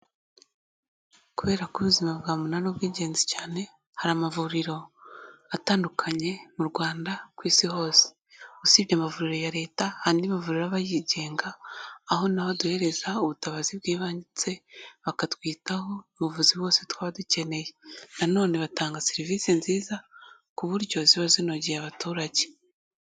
Kubera ko ubuzima bwa muntu ari ubw'ingenzi cyane hari amavuriro atandukanye mu Rwanda, ku isi hose. Usibye amavuriro ya leta, andi mavuriro aba yigenga, aho naho aduhereza ubutabazi bw'ibanze ndetse bakatwitaho ubuvuzi bwose twaba dukeneye na none batanga serivisi nziza ku buryo ziba zogeye abaturage.